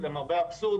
למרבה האבסורד,